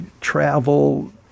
travel